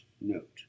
note